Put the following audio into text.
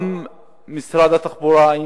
גם משרד התחבורה,